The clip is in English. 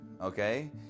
okay